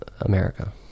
America